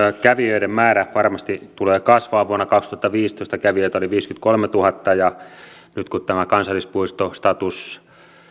kävijöiden määrä varmasti tulee kasvamaan vuonna kaksituhattaviisitoista kävijöitä oli viisikymmentäkolmetuhatta ja nyt kun tämä kansallispuistostatus